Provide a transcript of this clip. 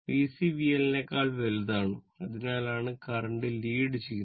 VC VL നേക്കാൾ വലുതാണ് അതിനാലാണ് കറന്റ് ലീഡ് ചെയ്യുന്നത്